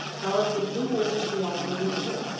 however, the blue waters beyond were visible,